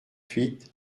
huit